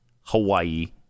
Hawaii